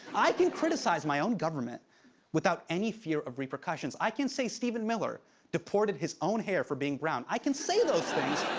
i can criticize my own government without any fear of repercussions. i can say stephen miller deported his own hair for being brown. i can say those things.